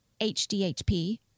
HDHP